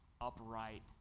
upright